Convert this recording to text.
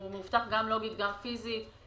הוא מאובטח גם לוגית וגם פיזית.